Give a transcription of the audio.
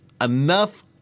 enough